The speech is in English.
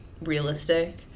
realistic